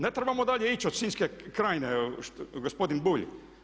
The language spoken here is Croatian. Ne trebamo dalje ići od Sinjske krajine, gospodin Bulj.